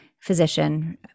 physician